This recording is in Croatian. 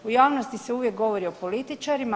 U javnosti se uvijek govori o političarima.